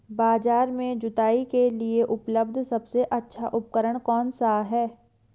बाजार में जुताई के लिए उपलब्ध सबसे अच्छा उपकरण कौन सा है?